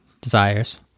desires